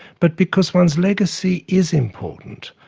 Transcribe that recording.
but because one's legacy is important,